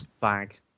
bag